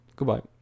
Goodbye